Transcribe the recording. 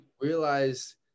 realize